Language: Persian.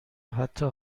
حتا